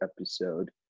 episode